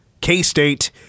K-State